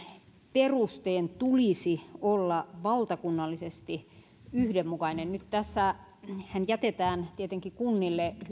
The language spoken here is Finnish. perusteen tulisi olla valtakunnallisesti yhdenmukainen tässähän nyt jätetään tietenkin kunnille